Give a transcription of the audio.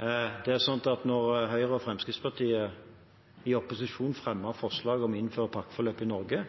Høyre og Fremskrittspartiet i opposisjon fremmet forslag om å innføre et pakkeforløp i Norge,